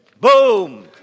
Boom